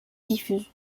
diffuse